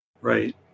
Right